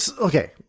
Okay